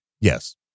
Yes